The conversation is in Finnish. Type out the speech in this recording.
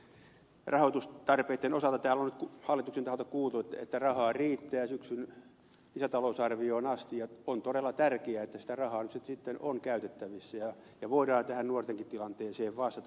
te keskuksen rahoitustarpeitten osalta täällä on nyt hallituksen taholta kuultu että rahaa riittää syksyn lisätalousarvioon asti ja on todella tärkeää että sitä rahaa nyt sitten on käytettävissä ja voidaan tähän nuortenkin tilanteeseen vastata